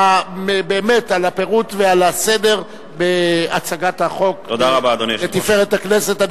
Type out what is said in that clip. באמת על הפירוט ועל הסדר בהצגת החוק לתפארת הכנסת.